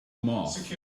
moss